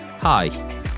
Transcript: Hi